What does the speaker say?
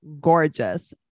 gorgeous